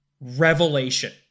revelation